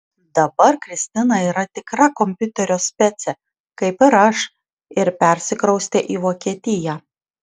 dabar kristina yra tikra kompiuterio specė kaip ir aš ir persikraustė į vokietiją